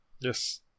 Yes